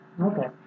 Okay